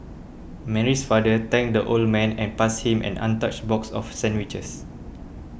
Mary's father thanked the old man and passed him an untouched box of sandwiches